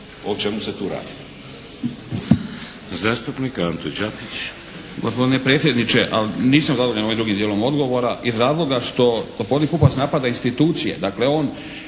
o čemu se tu radi.